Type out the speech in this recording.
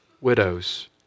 widows